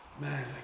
man